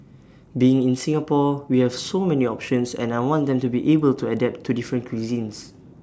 being in Singapore we have so many options and I want them to be able to adapt to different cuisines